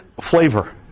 flavor